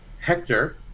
Hector